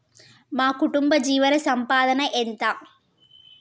మా కుటుంబ జీవన సంపాదన ఎంత?